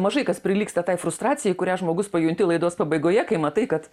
mažai kas prilygsta tai frustracijai kurią žmogus pajunti laidos pabaigoje kai matai kad